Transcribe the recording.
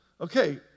Okay